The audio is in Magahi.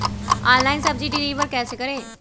ऑनलाइन सब्जी डिलीवर कैसे करें?